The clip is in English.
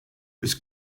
was